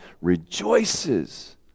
rejoices